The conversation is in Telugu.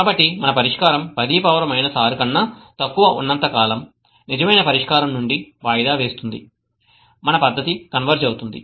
కాబట్టి మన పరిష్కారం 10 6 కన్నా తక్కువ ఉన్నంత కాలం నిజమైన పరిష్కారం నుండి వాయిదా వేస్తుంది మన పద్ధతి కన్వర్జ్ అవుతుంది